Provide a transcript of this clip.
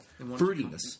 Fruitiness